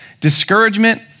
discouragement